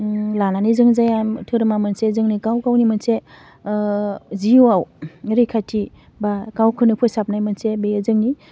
ओह लानानै जोङो जाया धोरोमा मोनसे जोंनि गाव गावनि मोनसे ओह जिउआव रैखाथि बा गावखौनो फोसाबनाय मोनसे बेयो जोंनि